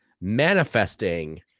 manifesting